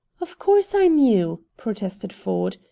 of course i knew, protested ford.